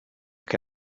que